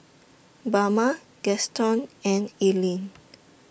Bama Gaston and Eleni